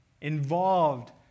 involved